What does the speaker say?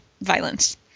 violence